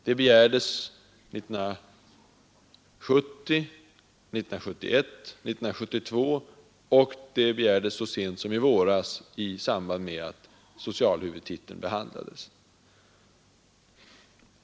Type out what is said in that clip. Det begärdes 1970, 1971, 1972 och det begärdes så sent som i våras i samband med att socialhuvudtiteln behandlades.